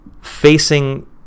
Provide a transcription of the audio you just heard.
facing